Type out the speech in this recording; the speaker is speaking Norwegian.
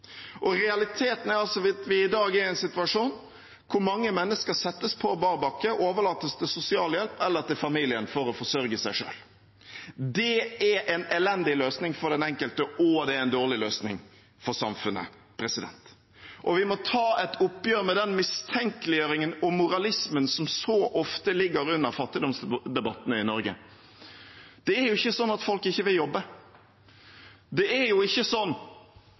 Realiteten er at vi i dag er i en situasjon hvor mange mennesker settes på bar bakke og overlates til sosialhjelp eller til familien, for å forsørge seg selv. Det er en elendig løsning for den enkelte, og det er en dårlig løsning for samfunnet. Vi må ta et oppgjør med den mistenkeliggjøringen og moralismen som så ofte ligger under fattigdomsdebattene i Norge. Det er ikke sånn at folk ikke vil jobbe. Det er ikke sånn